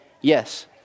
yes